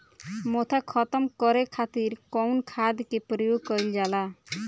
मोथा खत्म करे खातीर कउन खाद के प्रयोग कइल जाला?